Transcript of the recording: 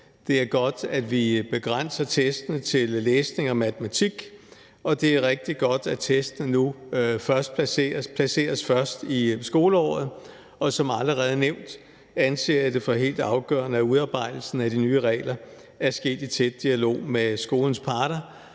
Det er godt, at vi begrænser testene til læsning og matematik, og det er rigtig godt, at testene nu placeres først i skoleåret, og som allerede nævnt anser jeg det for helt afgørende, at udarbejdelsen af de nye regler er sket i tæt dialog med skolens parter,